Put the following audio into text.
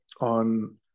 on